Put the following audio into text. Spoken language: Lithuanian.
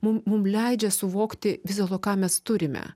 mum mum leidžia suvokti vis dėlto ką mes turime